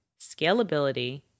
scalability